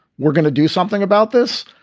we're gonna do something about this.